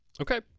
Okay